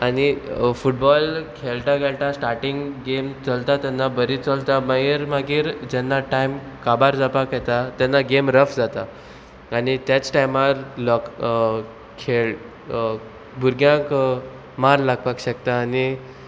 आनी फुटबॉल खेळटा खेळटा स्टाटींग गेम चलता तेन्ना बरी चलता मागीर मागीर जेन्ना टायम काबार जावपाक येता तेन्ना गेम रफ जाता आनी त्याच टायमार लोक खेळ भुरग्यांक मार लागपाक शकता आनी